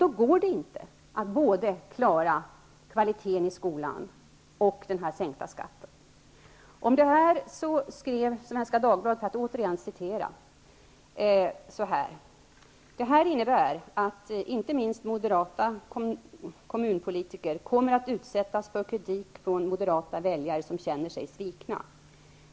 Det går inte att både klara kvaliteten i skolan och sänka skatten på detta sätt. Om detta skrev Svenska Dagbladet: ''Det här innebär att inte minst moderata kommunpolitiker kommer att utsättas för kritik från moderata väljare som känner sig svikna.